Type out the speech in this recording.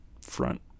front